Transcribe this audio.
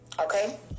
okay